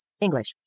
English